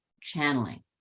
channeling